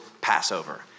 Passover